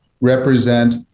represent